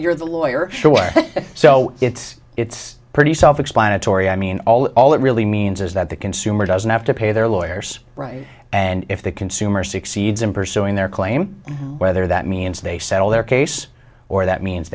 you're the lawyer so it's it's pretty self explanatory i mean all in all it really means is that the consumer doesn't have to pay their lawyers right and if the consumer succeeds in pursuing their claim whether that means they settle their case or that means